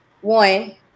one